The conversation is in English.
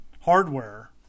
hardware